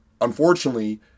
unfortunately